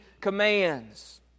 commands